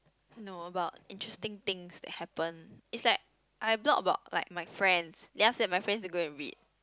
no about interesting things that happened is like I blog about like my friends then after that my friends go and read